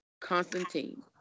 Constantine